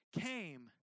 came